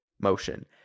motion